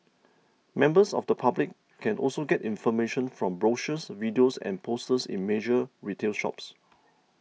members of the public can also get information from brochures videos and posters in major retail shops